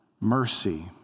mercy